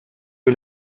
que